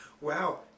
Wow